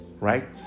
right